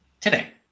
today